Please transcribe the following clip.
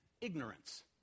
ignorance